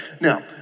now